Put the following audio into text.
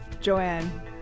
Joanne